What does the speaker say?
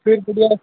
फिर किधर